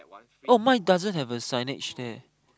oh my doesn't have a signage there